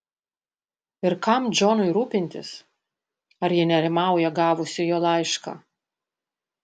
ir kam džonui rūpintis ar ji nerimauja gavusi jo laišką